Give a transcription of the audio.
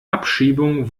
abschiebung